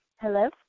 Hello